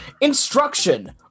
instruction